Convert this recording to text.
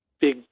big